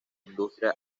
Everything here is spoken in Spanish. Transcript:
industria